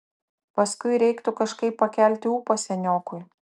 paskui reiktų kažkaip pakelti ūpą seniokui